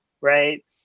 right